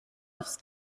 aufs